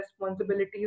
responsibilities